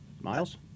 Miles